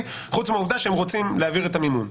חוץ מהעובדה שהם רוצים להעביר את המימון.